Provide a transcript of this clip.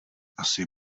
asi